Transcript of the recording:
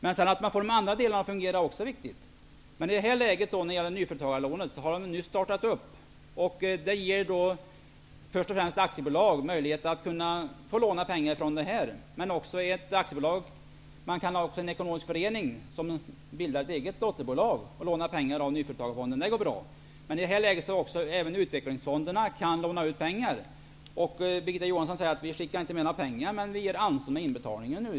Det är också viktigt att man får även de andra delarna att fungera. I det här läget har man just börjat med nyföretagarlån. Det ger först och främst aktiebolag möjlighet att låna pengar. En ekonomisk förening som bildar ett eget dotterbolag kan också låna pengar av Nyföretagarfonden. Även utvecklingsfonderna kan låna ut pengar. Birgitta Johansson säger att vi inte skickar med några pengar. Vi ger anstånd med inbetalningen nu.